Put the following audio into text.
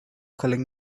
calling